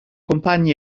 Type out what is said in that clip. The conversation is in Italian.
compagni